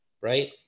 Right